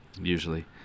Usually